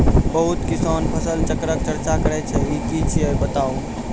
बहुत किसान फसल चक्रक चर्चा करै छै ई की छियै बताऊ?